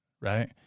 right